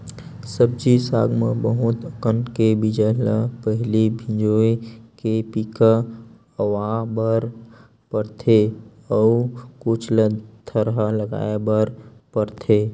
सब्जी साग म बहुत अकन के बीजा ल पहिली भिंजोय के पिका अवा बर परथे अउ कुछ ल थरहा लगाए बर परथेये